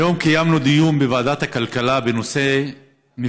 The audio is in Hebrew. היום קיימנו בוועדת הכלכלה דיון